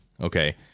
Okay